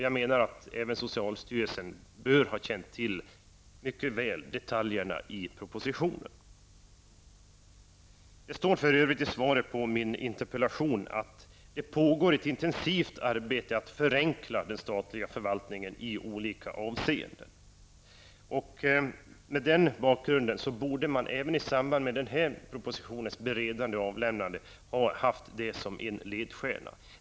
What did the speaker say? Jag menar att även socialstyrelsen bör mycket väl ha känt till detaljerna i propositionen. Det står för övrigt i svaret på min interpellation att det pågår ett intensivt arbete för att förenkla den statliga förvaltningen i olika avseenden. Med den bakgrunden borde man även ha haft detta som ledstjärna i samband med beredandet och avlämnandet av denna proposition.